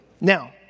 Now